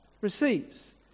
receives